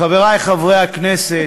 חברי חברי הכנסת,